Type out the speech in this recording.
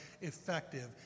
effective